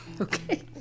Okay